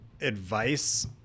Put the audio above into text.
advice